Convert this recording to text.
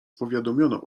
powiadomiono